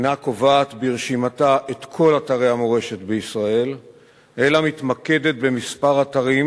אינה קובעת ברשימתה את כל אתרי המורשת בישראל אלא מתמקדת בכמה אתרים